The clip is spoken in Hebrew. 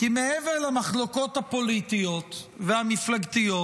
כי מעבר למחלוקות הפוליטיות והמפלגתיות,